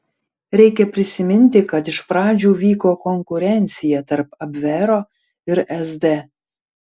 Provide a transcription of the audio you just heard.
reikia prisiminti kad iš pradžių vyko konkurencija tarp abvero ir sd